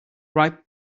ripe